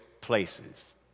places